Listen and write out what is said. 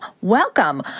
welcome